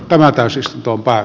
tällä sisaria